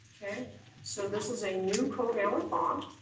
and so this is a new covalent bond.